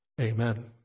Amen